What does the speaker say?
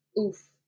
Oof